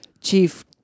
Chief